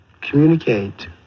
communicate